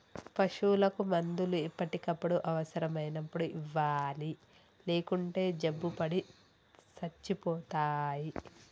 పశువులకు మందులు ఎప్పటికప్పుడు అవసరం అయినప్పుడు ఇవ్వాలి లేకుంటే జబ్బుపడి సచ్చిపోతాయి